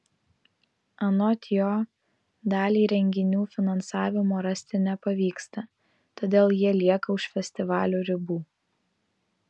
anot jo daliai renginių finansavimo rasti nepavyksta todėl jie lieka už festivalių ribų